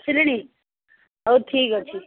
ଆସିଲେଣି ହଉ ଠିକ୍ ଅଛି